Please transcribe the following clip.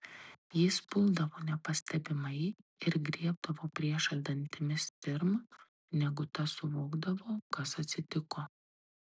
jis puldavo nepastebimai ir griebdavo priešą dantimis pirm negu tas suvokdavo kas atsitiko